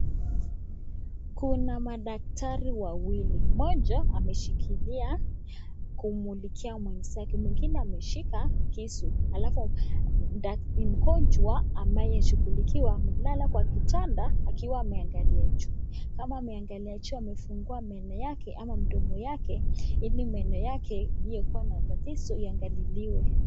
Kuna madaktari wawili mmoja ameshikilia kumulikia mwenzake mwingine ameshika kisu alafu mgonjwa anayeshugulikiwa amelala kwa kitanda akiwa ameangalia juu. Kama ameangalia juu amefungua meno yake ama mdomo wake ili meno yake iliyokua na tatizo iangaliliwe.